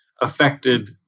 affected